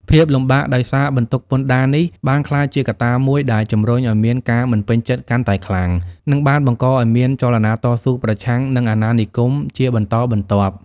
ភាពលំបាកដោយសារបន្ទុកពន្ធដារនេះ បានក្លាយជាកត្តាមួយដែលជំរុញឱ្យមានការមិនពេញចិត្តកាន់តែខ្លាំង និងបានបង្កឱ្យមានចលនាតស៊ូប្រឆាំងនឹងអាណានិគមជាបន្តបន្ទាប់។